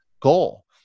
goal